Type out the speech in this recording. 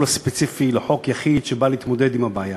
ספציפי של חוק יחיד שבא להתמודד עם הבעיה.